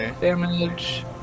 damage